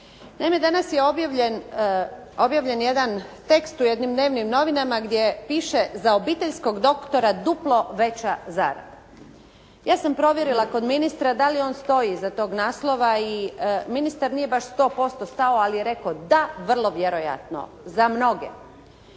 Naime, danas je objavljen jedan tekst u jednim dnevnim novinama, gdje piše za obiteljskog doktora duplo veća zarada. Ja sam provjerila kod ministra da li on stoji iza toga naslova i ministar nije baš 100% stao ali je rekao da, vrlo vjerojatno za mnoge.